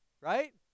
right